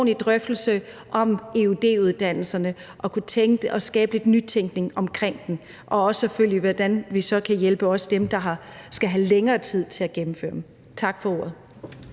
drøftelse om eud-uddannelserne og kan skabe lidt nytænkning omkring dem og selvfølgelig også, hvordan vi så kan hjælpe dem, der skal have længere tid til at gennemføre dem. Tak for ordet.